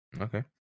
Okay